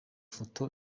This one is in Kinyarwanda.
foto